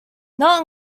not